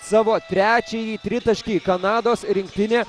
savo trečiąjį tritaškį kanados rinktinė